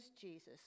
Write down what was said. jesus